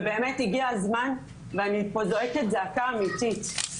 ובאמת הגיע הזמן ואני פה זועקת זעקה אמתית,